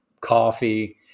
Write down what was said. coffee